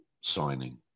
signing